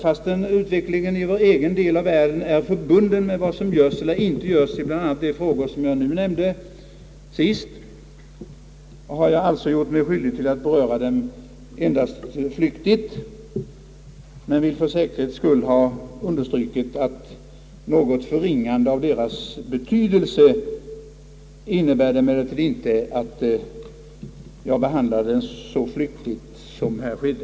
Fastän utvecklingen i vår egen del av världen är förbunden med vad som görs eller inte görs med bl.a. de frågor, som jag nu sist nämnde, har jag endast berört dem helt flyktigt, men jag vill för säkerhets skull stryka under att detta inte innebär något förringande av frågornas betydelse.